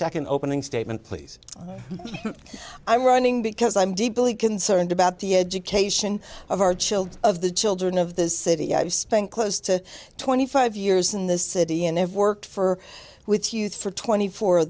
second opening statement please i'm running because i'm deeply concerned about the education of our children of the children of this city i've spent close to twenty five years in this city and of work for with youth for twenty four